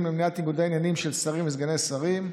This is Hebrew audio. למניעת ניגודי עניינים של שרים וסגני שרים,